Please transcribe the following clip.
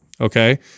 okay